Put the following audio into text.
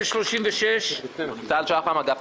רוב נגד,